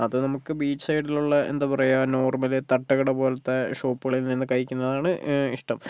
അത് നമുക്ക് ബീച്ച് സൈഡിലുള്ള എന്ത പറയുക നോർമൽ തട്ട്കട പോലത്തെ ഷോപ്പുകളിൽ നിന്ന് കഴിക്കുന്നതാണ് ഇഷ്ടം